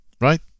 Right